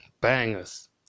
bangers